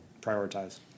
prioritize